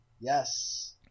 Yes